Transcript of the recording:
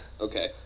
Okay